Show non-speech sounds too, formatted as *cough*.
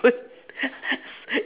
*laughs*